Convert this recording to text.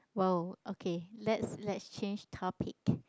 !wow! okay let's let's change topic